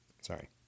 Sorry